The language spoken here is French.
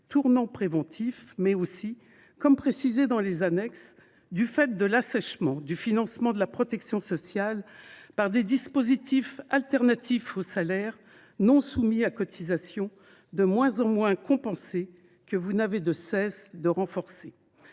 tournant préventif, mais aussi, comme cela est précisé dans les annexes, du fait de l’assèchement du financement de la protection sociale par des dispositifs alternatifs aux salaires, non soumis à cotisations, de moins en moins compensées, que vous n’avez de cesse de renforcer.